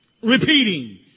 repeating